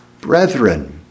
brethren